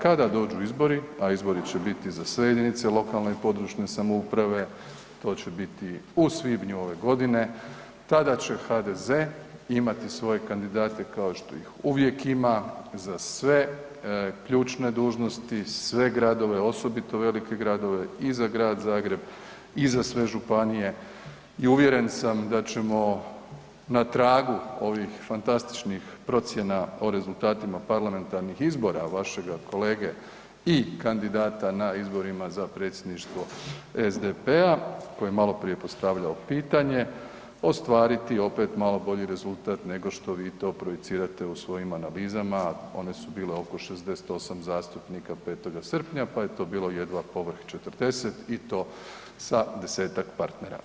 Kada dođu izbori, a izbori će biti za sve jedinice lokalne i područne samouprave to će biti u svibnju ove godine, tada će HDZ imati svoje kandidate kao što ih uvijek ima za sve ključne dužnosti, sve gradove osobito velike gradove i za Grad Zagreb i za sve županije i uvjeren sam da ćemo na tragu ovih fantastičnih procjena o rezultatima parlamentarnih izbora vašega kolege i kandidata na izborima za predsjedništvo SDP-a koji je maloprije postavljao pitanje ostvariti opet malo bolji rezultat nego što vi to projicirate u svojim analizama, a one su bile oko 68 zastupnika 5. srpnja pa je to bilo jedva povrh 40 i to sa 10-tak partnera.